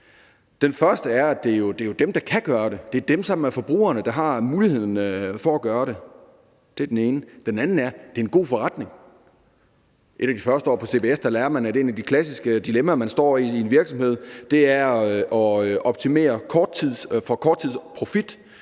Den første er, at det jo er dem, der kan gøre det. Det er dem, som er forbrugerne, der har muligheden for at gøre det. Det er den ene. Den anden er, at det er en god forretning. Et af de første år på CBS lærer man, at et af de klassiske dilemmaer, man står i i en virksomhed, er at optimere for korttidsprofit